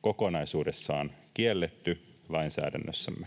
kokonaisuudessaan kielletty meillä lainsäädännössämme.